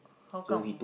how come